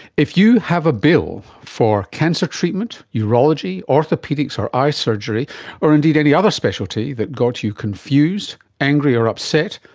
if you have a bill for cancer treatment, urology, orthopaedics or eye surgery or indeed any other specialty that got you confused, angry or upset,